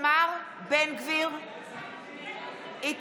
אם